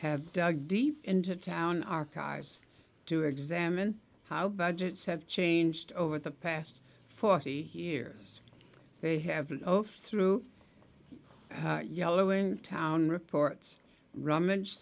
have dug deep into town archives to examine how budgets have changed over the past forty years they have an oath through yellowing town reports rummage